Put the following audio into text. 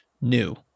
new